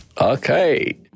Okay